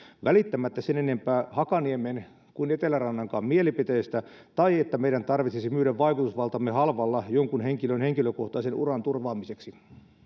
välittämättä sen enempää hakaniemen kuin etelärannankaan mielipiteistä tai että meidän tarvitsisi myydä vaikutusvaltamme halvalla jonkun henkilön henkilökohtaisen uran turvaamiseksi